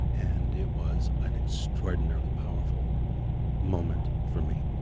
and it was an extraordinarily powerful moment for me